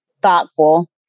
Thoughtful